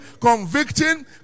convicting